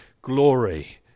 glory